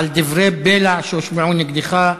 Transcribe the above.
על דברי בלע שהושמעו נגדך,